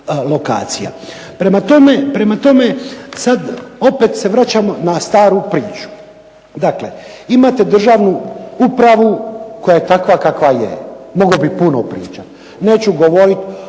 lokacija. Prema tome, sad opet se vraćamo na staru priču. Dakle, imate državnu upravu koja je takva kakva je, mogao bih puno pričat. Neću govorit